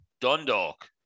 Dundalk